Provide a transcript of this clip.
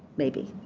maybe?